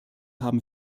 haben